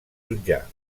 jutjar